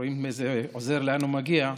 רואים איזה עוזר, לאן הוא מגיע,